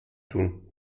tun